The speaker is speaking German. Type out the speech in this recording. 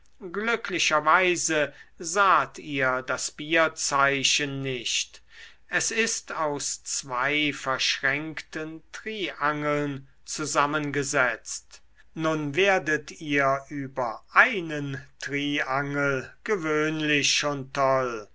glücklicherweise saht ihr das bierzeichen nicht es ist aus zwei verschränkten triangeln zusammengesetzt nun werdet ihr über einen triangel gewöhnlich schon toll